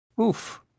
Oof